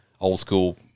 old-school